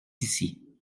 ici